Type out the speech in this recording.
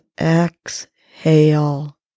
exhale